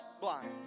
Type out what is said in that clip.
blind